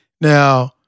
Now